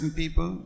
people